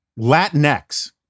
Latinx